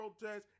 protests